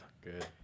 good